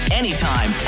anytime